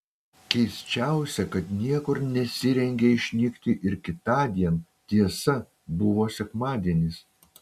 keisčiausia kad niekur nesirengė išnykti ir kitądien tiesa buvo sekmadienis